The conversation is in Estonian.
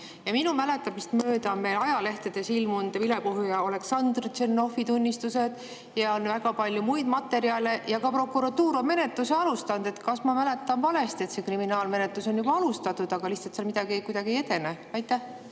Minu mäletamist mööda on meie ajalehtedes ilmunud vilepuhuja Oleksandr Tšernovi tunnistused, on väga palju muid materjale ja ka prokuratuur on menetluse alustanud. Kas ma mäletan valesti, et see kriminaalmenetlus on juba alustatud, aga lihtsalt seal midagi kuidagi ei edene? Ma